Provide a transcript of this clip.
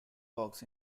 works